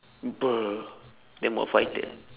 bruh that one about fighter